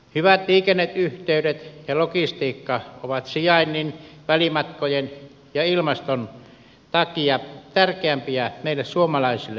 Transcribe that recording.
hyvät liikenneyhteydet ja logistiikka ovat sijainnin välimatkojen ja ilmaston takia tärkeämpiä meille suomalaisille kuin kilpailijoille